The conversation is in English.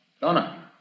Donna